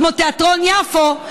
כמו תיאטרון יפו,